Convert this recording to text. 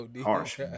harsh